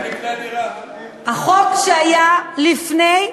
החוק שהיה לפני,